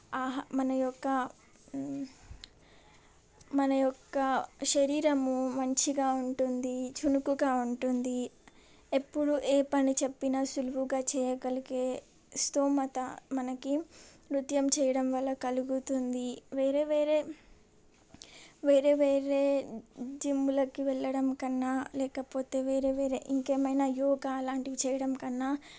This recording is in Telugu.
మన యొక్క మన యొక్క శరీరము మంచిగా ఉంటుంది చురుకుగా ఉంటుంది ఎప్పుడూ ఏ పని చెప్పినా సులువుగా చేయగలిగే స్తోమత మనకి నృత్యం చేయడం వల్ల కలుగుతుంది వేరే వేరే వేరే వేరే జిమ్లకి వెళ్ళడంకన్నా లేకపోతే వేరే వేరే ఇంకేమైనా యోగా అలాంటివి చేయడంకన్నా